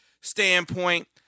standpoint